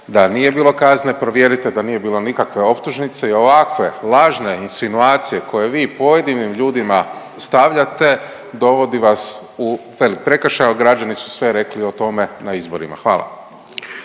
da nije bilo kazne. Provjerite da nije bilo nikakve optužnice i ovakve lažne insinuacije koje vi pojedinim ljudima stavljate dovodi vas u prekršaj. Građani su sve rekli o tome na izborima. Hvala.